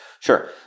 Sure